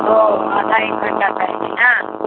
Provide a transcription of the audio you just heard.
ओ आधा एक घण्टा पहिले ने